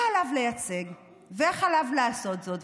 מה עליו לייצג ואיך עליו לעשות זאת.